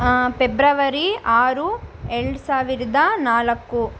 February ಆರು ಎರಡು ಸಾವಿರದ ನಾಲ್ಕು